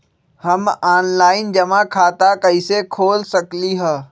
हम ऑनलाइन जमा खाता कईसे खोल सकली ह?